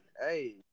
Hey